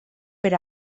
per